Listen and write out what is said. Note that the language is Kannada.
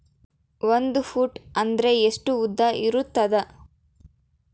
ಒಂದು ಫೂಟ್ ಅಂದ್ರೆ ಎಷ್ಟು ಉದ್ದ ಇರುತ್ತದ?